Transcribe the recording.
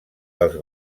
dels